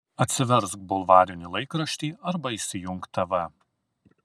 atsiversk bulvarinį laikraštį arba įsijunk tv